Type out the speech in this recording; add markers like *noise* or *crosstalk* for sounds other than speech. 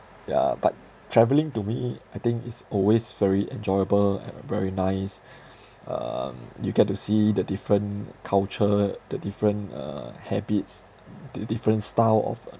yeah but travelling to me I think is always very enjoyable and very nice *breath* um you get to see the different culture the different uh habits the different style of uh